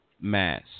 mass